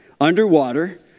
underwater